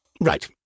Right